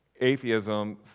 atheism